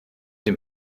dem